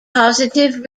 positive